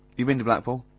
you been to blackpool?